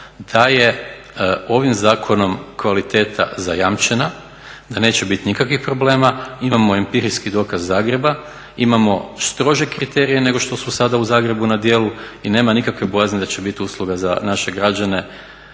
da je ovim zakonom kvaliteta zajamčena, da neće bit nikakvih problema. Imamo empirijski dokaz Zagreba, imamo strože kriterije nego što su sada u Zagrebu na djelu i nema nikakve bojazni da će bit usluga za naše građane